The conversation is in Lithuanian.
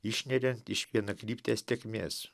išneriant iš vienakryptės tėkmės